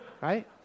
Right